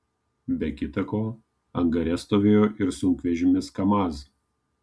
be kita ko angare stovėjo ir sunkvežimis kamaz